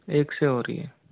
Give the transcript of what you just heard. एक से हो रही है